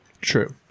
True